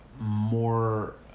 more